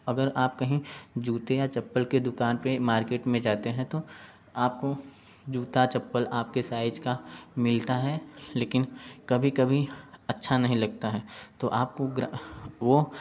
अगर आप कहीं जूते या चप्पल के दुकान पे मार्केट में जाते है तो आपको जूता चप्पल आपके साइज़ का मिलता है लेकिन कभी कभी अच्छा नहीं लगता है तो आपको वो